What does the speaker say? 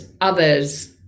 others